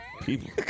People